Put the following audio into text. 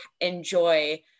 enjoy